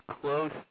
close